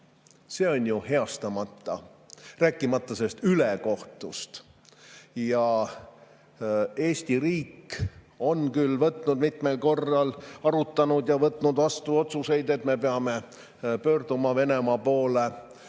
on heastamata, rääkimata sellest ülekohtust. Eesti riik on küll mitmel korral arutanud ja võtnud vastu otsuseid, et me peame pöörduma Venemaa